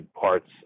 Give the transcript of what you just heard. parts